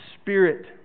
Spirit